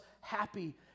happy